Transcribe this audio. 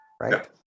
right